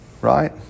Right